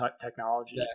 technology